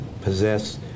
possess